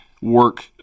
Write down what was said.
work